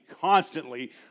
constantly